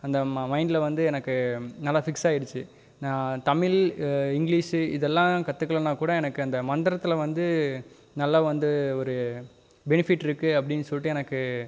அந்த மைண்ட்ல வந்து எனக்கு நல்லா ஃபிக்ஸ் ஆயிடுச்சு தமிழ் இங்கிலீஷ் இதெல்லாம் கற்றுக்கலன்னா கூட எனக்கு அந்த மந்திரத்துல வந்து நல்லா வந்து ஒரு பெனிஃபிட் இருக்குது அப்படீன்னு சொல்லிட்டு எனக்கு